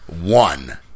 One